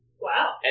Wow